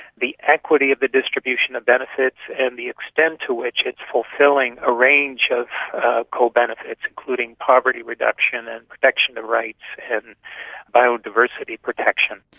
the equity of the distribution of benefits, and the extent to which it is fulfilling a range of co-benefits, including poverty reduction and protection of rights and biodiversity protection.